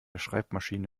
schreibmaschine